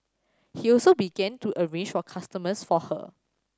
he also began to arrange for customers for her